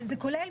זה כולל,